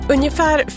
Ungefär